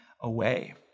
away